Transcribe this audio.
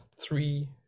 three